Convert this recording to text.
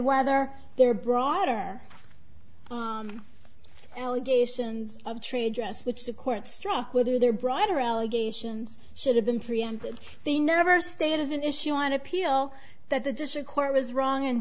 whether there are broader allegations of trade dress which the court struck whether they're broader allegations should have been preempted they never state is an issue on appeal that the district court was wrong in